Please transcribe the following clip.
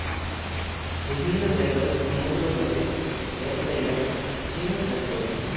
বিভিন্ন জায়গার সমুদ্রতটে ব্যবসায়ীরা ঝিনুক চাষ করে